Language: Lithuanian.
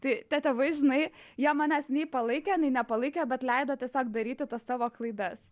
tai tie tėvai žinai jie manęs nei palaikė nei nepalaikė bet leido tiesiog daryti tas savo klaidas